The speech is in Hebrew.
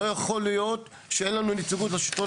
לא יכול להיות שאין לנו נציגות בשלטון